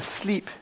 asleep